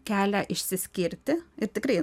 kelią išsiskirti ir tikrai